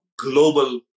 global